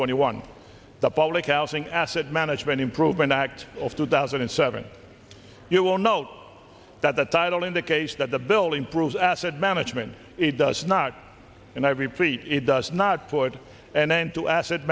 twenty one the public housing asset management improvement act of two thousand and seven you will note that the title indicates that the building proves asset management it does not and i repeat it does not put an end to asset